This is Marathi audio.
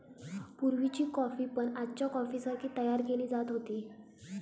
पुर्वीची कॉफी पण आजच्या कॉफीसारखी तयार केली जात होती